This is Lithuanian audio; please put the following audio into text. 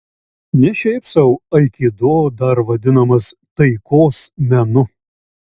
ne šiaip sau aikido dar vadinamas taikos menu